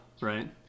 right